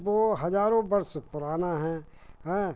वह हज़ारों वर्ष पुराना है हैं